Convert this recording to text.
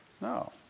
No